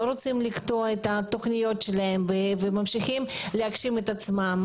להמשיך להגשים את התוכניות שלהם ולהגשים את עצמם,